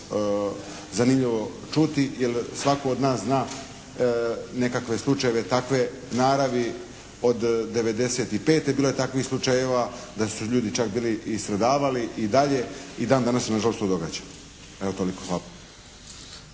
zanimljivo čuti. Jer svatko od nas zna nekakve slučajeve takve naravi. Od '95. bilo je takvih slučajeva da su ljudi čak bili i stradavali i dalje. I dan danas se nažalost to događa. Toliko. Hvala.